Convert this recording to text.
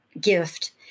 gift